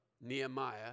Nehemiah